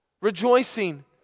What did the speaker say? Rejoicing